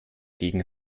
gegen